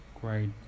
great